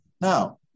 Now